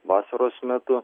vasaros metu